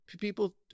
people